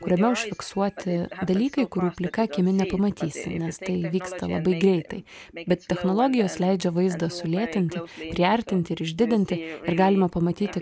kuriame užfiksuoti dalykai kurių plika akimi nepamatysi nes tai vyksta labai greitai bet technologijos leidžia vaizdą sulėtinti priartinti ir išdidinti ir galime pamatyti